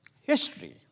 History